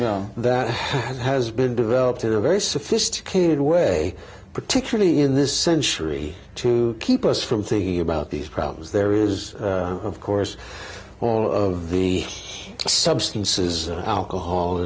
deal that has been developed in a very sophisticated way particularly in this century to keep us from thinking about these problems there is of course all of the substances alcohol